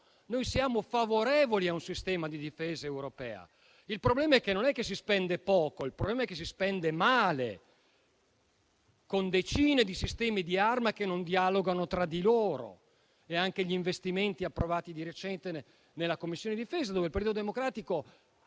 Noi siamo favorevoli a un sistema di difesa europea. Il problema è che non si spende poco, ma che si spende male, con decine di sistemi d'arma che non dialogano tra di loro. Penso agli investimenti approvati di recente in Commissione difesa: il